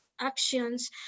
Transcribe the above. actions